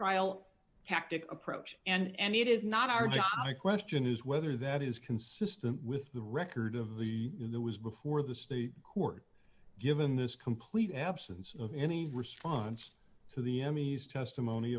trial tactic approach and it is not our god i question is whether that is consistent with the record of the the was before the state court given this complete absence of any response to the emmys testimony